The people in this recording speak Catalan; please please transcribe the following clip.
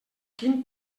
quin